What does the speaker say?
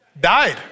died